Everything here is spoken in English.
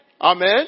Amen